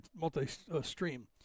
multi-stream